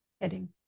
heading